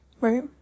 Right